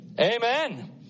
Amen